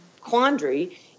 quandary